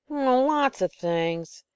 oh, lots of things,